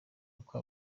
uko